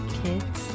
kids